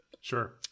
Sure